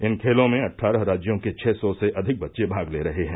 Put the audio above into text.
इन खेलों में अट्ठारह राज्यों के छह सौ से अधिक बच्चे भाग ले रहे हैं